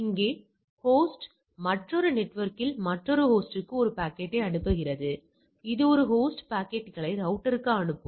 இங்கே ஹோஸ்ட் மற்றொரு நெட்வொர்க்கில் மற்றொரு ஹோஸ்டுக்கு ஒரு பாக்கெட்டை அனுப்ப விரும்புகிறதுஇது ஒரு ஹோஸ்ட் பாக்கெட்டுகளை ரௌட்டர்க்கு அனுப்பும்